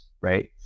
right